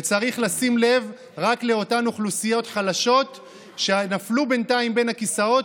וצריך לשים לב רק לאותן אוכלוסיות חלשות שנפלו בינתיים בין הכיסאות,